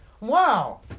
Wow